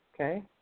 okay